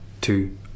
two